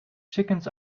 chickens